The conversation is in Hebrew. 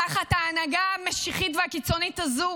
תחת ההנהגה המשיחית והקיצונית הזו